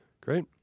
great